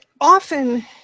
often